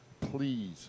please